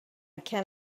can